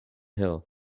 hill